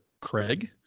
craig